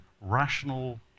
rational